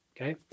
okay